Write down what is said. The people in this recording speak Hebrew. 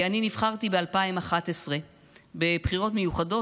אני נבחרתי ב-2011 בבחירות מיוחדות,